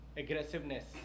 aggressiveness